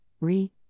re